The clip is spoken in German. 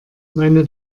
meine